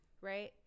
right